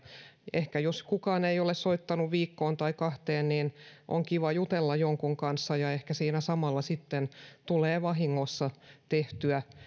ehkä jos kukaan ei ole soittanut viikkoon tai kahteen on kiva jutella jonkun kanssa ja ehkä siinä samalla sitten tulee vahingossa tehtyä